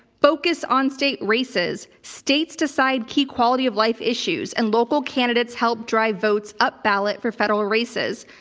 focus on state races. states decide key quality of life issues and local candidates help drive votes up ballot for federal races.